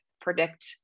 predict